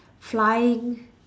flying